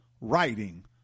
writing